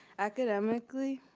academically,